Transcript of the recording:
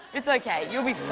it's okay. you'll be